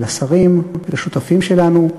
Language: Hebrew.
ולשרים השותפים שלנו,